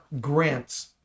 grants